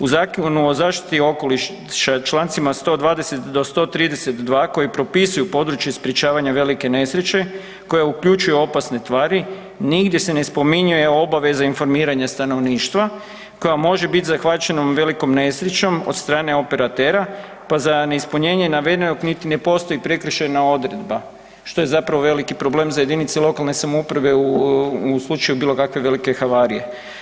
U Zakonu o zaštiti okoliša, čl. 120 do 132. koji propisuju područja sprječavanja velike nesreće koja uključuje opasne tvari, nigdje se ne spominje obveza informiranja stanovništva koje može biti zahvaćeno velikom nesrećom od strane operatera pa za neispunjenje navedenog niti ne postoji prekršajna odredba, što je zapravo veliki problem za jedinice lokalne samouprave u slučaju bilokakve velike havarije.